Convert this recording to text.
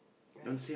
right